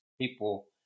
people